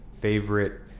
favorite